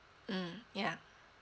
mmhmm yeah